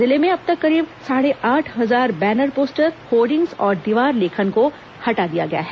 जिले में अब तक करीब साढ़े आठ हजार बैनर पोस्टर होर्डिंग्स और दीवार लेखन को हटा दिया गया है